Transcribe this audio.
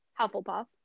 Hufflepuff